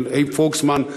אייב פוקסמן,